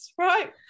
right